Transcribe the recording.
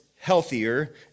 healthier